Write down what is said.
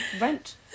rent